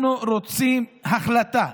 אנחנו רוצים החלטה